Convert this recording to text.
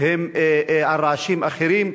הן על רעשים אחרים,